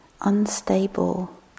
unstable